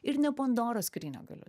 ir ne pandoros skrynią galiu